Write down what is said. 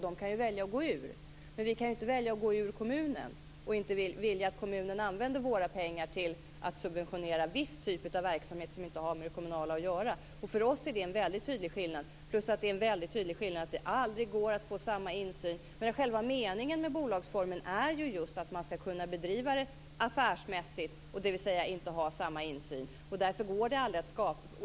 De kan välja att gå ur, men vi kan inte välja att gå ut ur kommunen om vi inte vill att kommunen använder våra pengar till att subventionera viss typ av verksamhet som inte har med det kommunala att göra. För oss är det en väldigt tydlig skillnad. En annan tydlig skillnad är att det aldrig går att få samma insyn. Själva meningen med bolagsformen är ju just att verksamheten skall kunna bedrivas affärsmässigt och inte medge samma insyn.